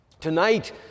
Tonight